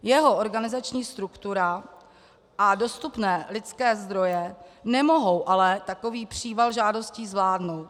Jeho organizační struktura a dostupné lidské zdroje nemohou ale takový příval žádostí zvládnout.